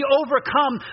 overcome